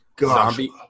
Zombie